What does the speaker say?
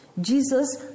Jesus